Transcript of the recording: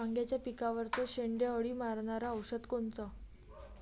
वांग्याच्या पिकावरचं शेंडे अळी मारनारं औषध कोनचं?